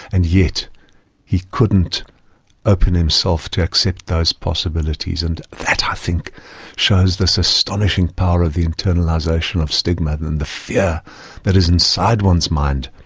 and yet he couldn't open himself to accept those possibilities. and that i think shows this astonishing power of the internalisation of stigma, and the fear that is inside one's mind.